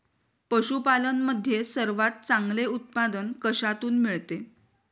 पशूपालन मध्ये सर्वात चांगले उत्पादन कशातून मिळते?